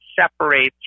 separates